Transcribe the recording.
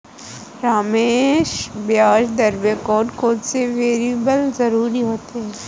रमेश ब्याज दर में कौन कौन से वेरिएबल जरूरी होते हैं?